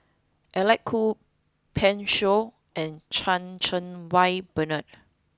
Alec Kuok Pan Shou and Chan Cheng Wah Bernard